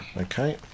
Okay